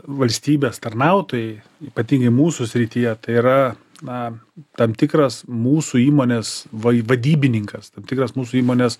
valstybės tarnautojai ypatingai mūsų srityje tai yra na tam tikras mūsų įmonės vai vadybininkas tam tikras mūsų įmonės